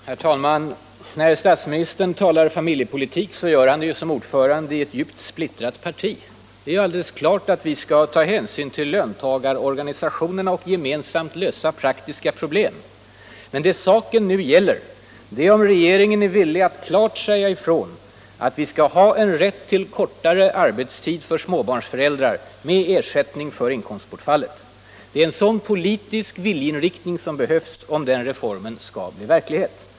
Herr talman! När statsministern talar om familjepolitik gör han det som ordförande i ett djupt splittrat parti. Det är alldeles klart att vi skall ta hänsyn till löntagarorganisationerna och gemensamt lösa praktiska problem. Men vad saken nu gäller är om regeringen är villig att klart säga ifrån att småbarnsföräldrarna skall ha en rätt till kortare arbetstid med ersättning för inkomstbortfallet. Det är en sådan politisk viljeinriktning som behövs om den reformen skall bli verklighet.